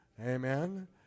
amen